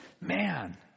Man